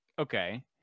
Okay